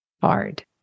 hard